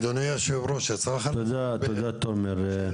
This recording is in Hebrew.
תודה, תומר.